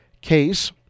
case